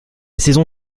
saison